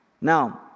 Now